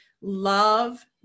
love